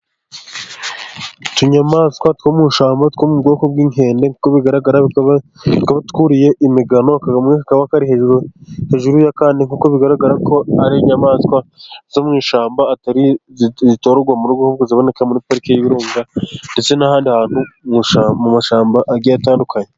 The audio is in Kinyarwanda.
Utunyamaswa two mu ishyamba two mu bwoko bw'inkende, niko bigaragara twuriye imigano akagomwe kaba kari hejuru hejuru y'akansi kuko bigaragara ko ari inyamaswa zo mu ishyamba torwa mu rugo zaboneka muri pariki y'ibirunga ndetse n'ahandi hantu mu mashyamba agiye atandukanye